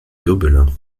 gobelins